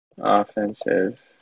Offensive